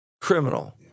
criminal